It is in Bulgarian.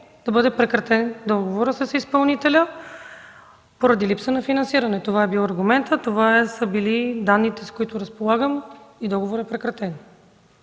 да бъде прекратен договорът с изпълнителя поради липса на финансиране. Това е бил аргументът, това са били данните, с които разполагам – договорът е прекратен.